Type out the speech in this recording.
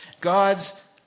God's